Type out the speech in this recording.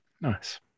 Nice